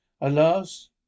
Alas